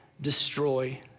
destroy